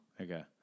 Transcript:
Okay